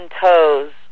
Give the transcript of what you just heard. toes